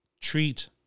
treat